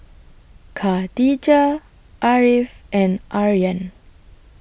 Khadija Ariff and Aryan